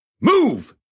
Move